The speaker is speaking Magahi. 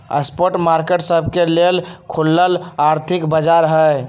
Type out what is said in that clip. स्पॉट मार्केट सबके लेल खुलल आर्थिक बाजार हइ